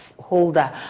holder